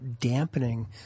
dampening